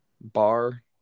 bar